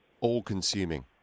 all-consuming